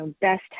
best